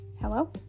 Hello